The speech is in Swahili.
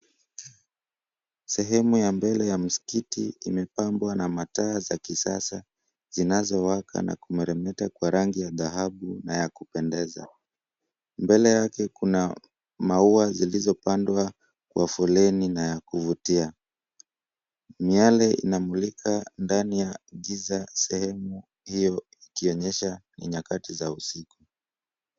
Sehemu ya mbele ya msikiti imepambwa na mataa za kisasa zinazowaka na kumeremeta kwa rangi ya dhahabu na ya kupendeza. Mbele yake kuna maua zilizopandwa kwa foleni na ya kuvutia. Miale inamulika ndani ya giza sehemu hio, ikionyesha ni nyakati za usiku.